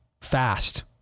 fast